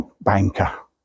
banker